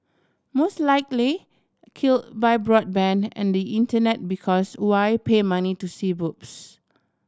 most likely kill by broadband and the Internet because why pay money to see boobs